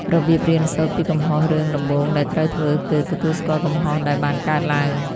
របៀបរៀនសូត្រពីកំហុសរឿងដំបូងដែលត្រូវធ្វើគឺ ទទួលស្គាល់កំហុស ដែលបានកើតឡើង។